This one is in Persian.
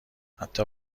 حتی